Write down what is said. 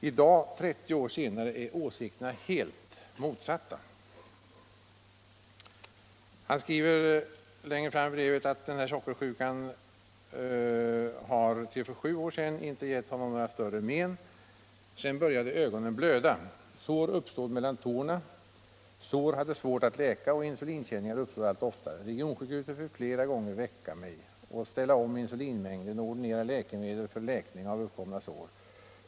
I dag 30 år senare är åsikterna de rakt motsatta, skriver han. Längre fram i brevet heter det: ”Min sockersjuka har till för sju år sedan inte gett mig några större men. Sedan började ögonen blöda, sår uppstod mellan tårna, sår hade svårt att läka och insulinkänningar uppstod allt oftare. Regionsjukhuset fick flera gånger väcka mig, ställa om insulinmängden, ordinera läkemedel för läkning av uppkomna sår.